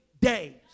days